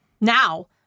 now